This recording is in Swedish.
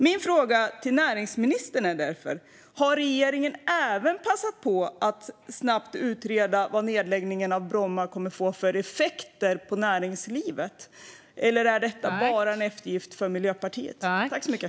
Min fråga till näringsministern är därför följande: Har regeringen även passat på att snabbt utreda vilka effekter nedläggningen av Bromma kommer att få för näringslivet, eller är detta bara en eftergift för Miljöpartiet?